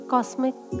Cosmic